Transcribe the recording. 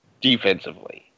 defensively